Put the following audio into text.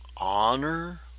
honor